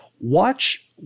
watch